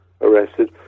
arrested